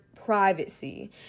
privacy